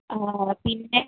പിന്നെ